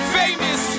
famous